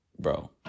Bro